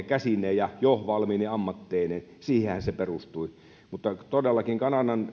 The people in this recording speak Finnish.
käsineen ja jo valmiine ammatteineen siihenhän se perustui mutta todellakaan kanadan